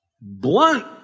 blunt